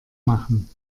machen